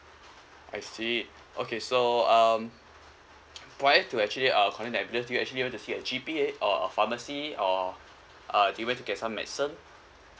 I see okay so um for it to actually uh contact the ambulance did you actually went to see a G_P_A or a pharmacy or uh did you went to get some medicine